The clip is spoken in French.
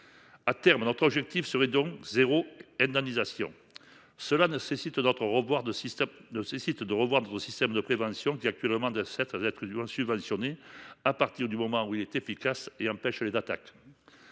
À terme, notre objectif devrait donc être le « zéro indemnisation », ce qui nécessite de revoir notre système de prévention qui, actuellement, cesse d’être subventionné à partir du moment où il est efficace et empêche les attaques.